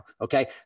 okay